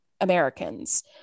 Americans